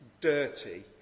dirty